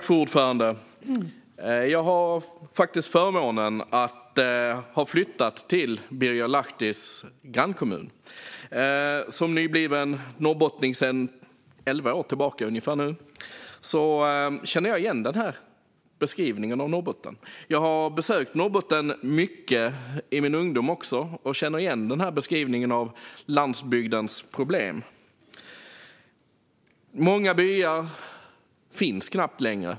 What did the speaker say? Fru talman! Jag har förmånen att ha flyttat till Birger Lahtis grannkommun. Som nybliven norrbottning sedan ungefär elva år tillbaka känner jag igen beskrivningen av Norrbotten. Jag har besökt Norrbotten mycket i min ungdom och känner igen beskrivningen av landsbygdens problem. Många byar finns knappt längre.